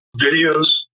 videos